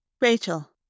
Rachel